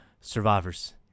survivors